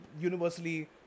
universally